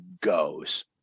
goes